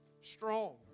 strong